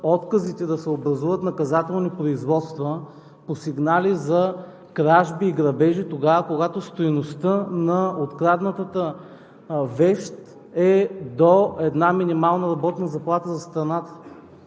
отказите да се образуват наказателни производства по сигнали за кражби и грабежи, тогава когато стойността на откраднатата вещ е до една минимална работна заплата за страната.